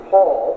Paul